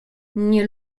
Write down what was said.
nie